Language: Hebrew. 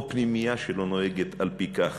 או פנימייה שלא נוהגת כך,